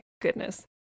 goodness